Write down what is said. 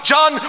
John